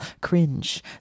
cringe